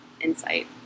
insight